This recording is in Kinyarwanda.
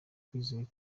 twizeye